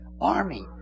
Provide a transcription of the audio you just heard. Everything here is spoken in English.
army